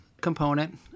component